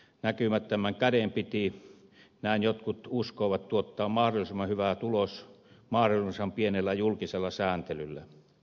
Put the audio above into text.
näkymättömän käden piti näin jotkut uskoivat tuottaa mahdollisimman hyvä tulos mahdollisimman pienellä julkisella sääntelyllä